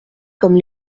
comme